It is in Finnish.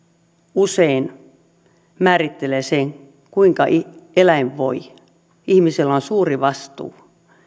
usein määrittelee sen kuinka eläin voi ihmisellä on suuri vastuu